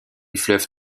fleuve